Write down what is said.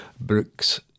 Brooks